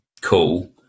cool